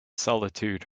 solitude